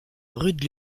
rude